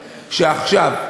שעכשיו,